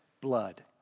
blood